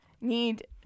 need